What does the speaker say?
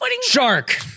Shark